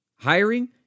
Hiring